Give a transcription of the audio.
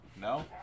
no